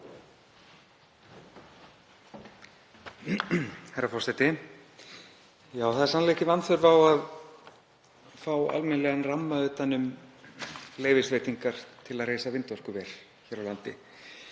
Herra forseti. Það er sannarlega ekki vanþörf á að fá almennilegan ramma utan um leyfisveitingar til að reisa vindorkuver hér á landi.